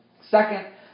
Second